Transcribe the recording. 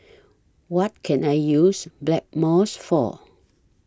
What Can I use Blackmores For